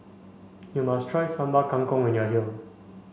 you must try Sambal Kangkong when you are here